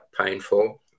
painful